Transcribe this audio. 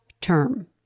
term